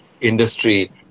industry